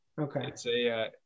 Okay